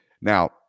now